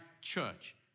church